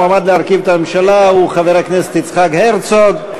המועמד להרכיב את הממשלה הוא חבר הכנסת יצחק הרצוג.